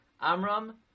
Amram